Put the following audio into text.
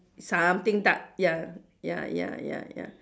something dark ya ya ya ya ya